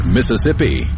Mississippi